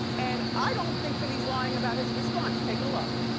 and i don't think that he's lying about his response. take a look.